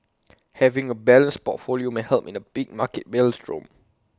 having A balanced portfolio may help in A big market maelstrom